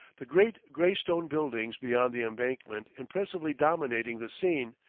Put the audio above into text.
the great gray-stone buildings beyond the embankment impressively dominating the scene,